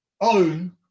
own